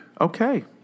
Okay